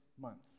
months